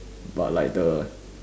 but like the